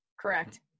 Correct